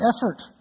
effort